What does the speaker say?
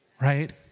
right